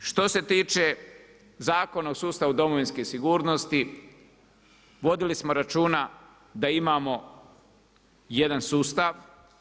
Što se tiče Zakona o sustavu domovinske sigurnosti vodili smo računa da imamo jedan sustav.